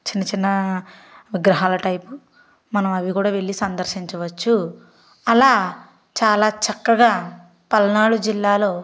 చిన్న చిన్న విగ్రహాల టైపు మనం అవి కూడా వెళ్లి సందర్చించవచ్చు అలా చాలా చక్కగా పల్నాడు జిల్లాలో